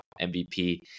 MVP